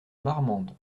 marmande